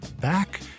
Back